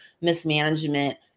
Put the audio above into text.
mismanagement